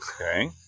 Okay